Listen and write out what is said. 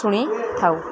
ଶୁଣିଥାଉ